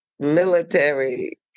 military